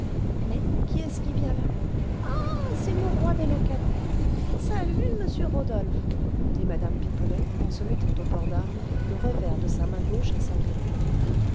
mais qui est-ce qui vient là ah c'est mon roi des locataires salut monsieur rodolphe dit mme pipelet en se mettant au port d'arme le revers de sa main gauche à sa perruque